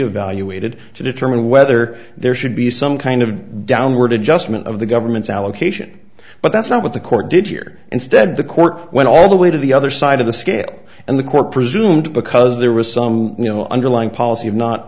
evaluated to determine whether there should be some kind of a downward adjustment of the government's allocation but that's not what the court did here instead the court went all the way to the other side of the scale and the court presumed because there was some you know underlying policy of